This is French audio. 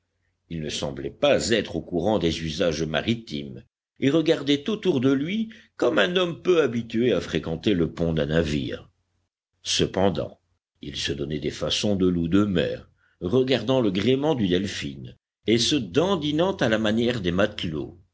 il ne semblait pas être au courant des usages maritimes et regardait autour de lui comme un homme peu habitué à fréquenter le pont d'un navire cependant il se donnait des façons de loup de mer regardant le gréement du delphin et se dandinant à la manière des matelots